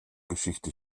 geschichte